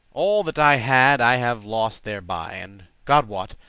all that i had i have lost thereby, and, god wot,